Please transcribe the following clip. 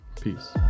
Peace